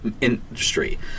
industry